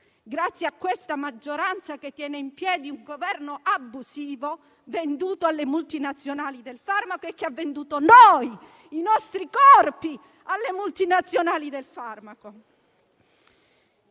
grazie alla maggioranza che tiene in piedi un Governo abusivo, venduto alle multinazionali del farmaco e che ha venduto noi, i nostri corpi, alle multinazionali del farmaco.